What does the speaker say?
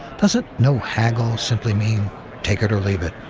doesn't no haggle simply mean take it or leave it,